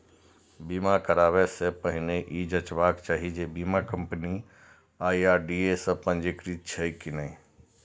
बीमा कराबै सं पहिने ई जांचबाक चाही जे बीमा कंपनी आई.आर.डी.ए सं पंजीकृत छैक की नहि